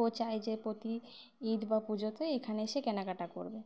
ও চায় যে প্রতি ঈদ বা পুজোতে এখানে এসে কেনাকাটা করবে